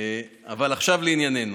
אבל עכשיו לענייננו.